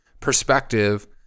perspective